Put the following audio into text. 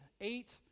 eight